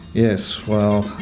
yes, well,